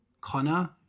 Connor